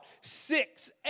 six